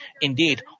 Indeed